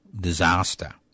disaster